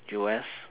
U_S